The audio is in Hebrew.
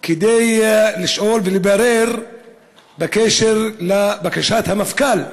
כדי לשאול ולברר בקשר לבקשת המפכ"ל,